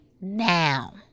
now